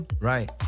Right